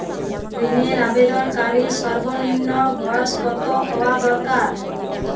ঋণের আবেদনকারী সর্বনিন্ম বয়স কতো হওয়া দরকার?